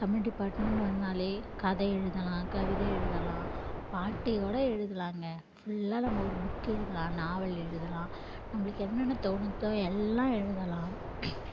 Tamil department வந்தாலே கதை எழுதலாம் கவிதை எழுதலாம் பாட்டியோட எழுதலாங்க ஃபுல்லாக நம்ம ஒரு புக் எழுதலாம் நாவல் எழுதலாம் நம்மளுக்கு என்னென்ன தோணுதோ எல்லாம் எழுதலாம்